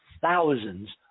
thousands